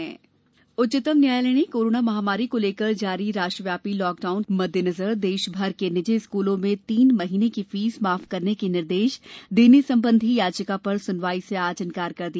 उच्चतम न्यायालय फीस उच्चतम न्यायालय ने कोरोना महामारी को लेकर जारी राष्ट्रव्यापी लॉकडाउन के मद्देनजर देश भर के निजी स्कूलों में तीन महीने की फीस माफ करने के निर्देश देने संबंधी याचिका पर सुनवाई से आज इनकार कर दिया